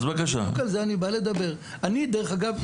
דרך אגב,